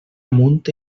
amunt